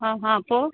हा हा पोइ